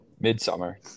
Midsummer